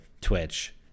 Twitch